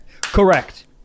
Correct